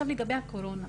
לגבי הקורונה: